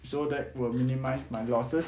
so that will minimised my losses